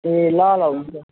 ए ल ल हुन्छ